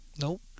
Nope